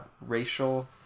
racial